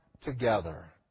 together